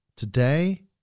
Today